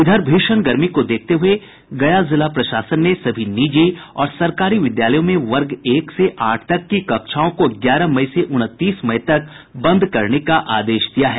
इधर भीषण गर्मी को देखते हुए गया जिला प्रशासन ने सभी निजी और सरकारी विद्यालयों में वर्ग एक से आठ तक की कक्षाओं को ग्यारह मई से उनतीस मई तक बंद करने का आदेश दिया है